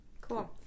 Cool